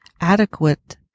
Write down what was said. adequate